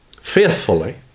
faithfully